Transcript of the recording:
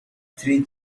three